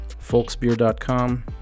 folksbeer.com